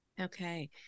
Okay